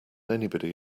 anybody